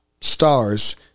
stars